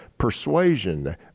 persuasion